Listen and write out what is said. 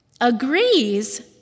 agrees